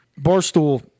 Barstool